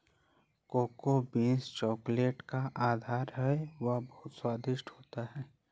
cocoa beans chocolate का आधार है वह बहुत स्वादिष्ट होता है